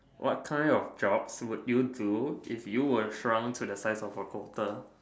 what kind of job would you do if you were shrunk to the size of a quarter